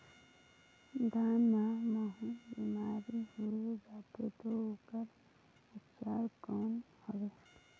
धान मां महू बीमारी होय जाथे तो ओकर उपचार कौन हवे?